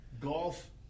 Golf